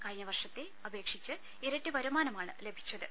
കഴിഞ്ഞവർഷത്തെ അപേക്ഷിച്ച് ഇരട്ടി വരുമാനമാണ് ഘഭിച്ചത്